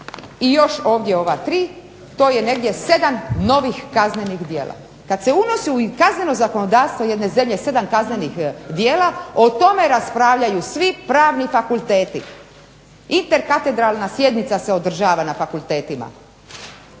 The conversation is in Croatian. i još ovdje ova tri to je negdje sedam novih kaznenih djela. Kad se unosi u kazneno zakonodavstvo jedne zemlje sedam kaznenih djela o tome raspravljaju svi pravni fakulteti, iterkatedralna sjednica se održava na fakultetima.